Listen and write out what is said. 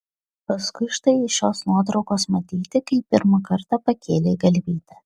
paskui štai iš šios nuotraukos matyti kai pirmą kartą pakėlei galvytę